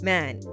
Man